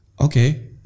okay